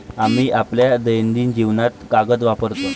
आम्ही आपल्या दैनंदिन जीवनात कागद वापरतो